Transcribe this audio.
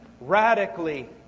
Radically